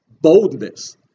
boldness